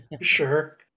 Sure